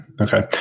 Okay